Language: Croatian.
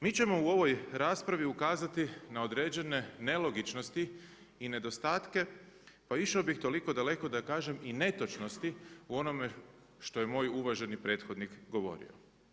Mi ćemo u ovoj raspravi ukazati na određene nelogičnosti i nedostatke pa išao bih toliko daleko da kažem i netočnosti u onome što je moj uvaženi prethodnik govorio.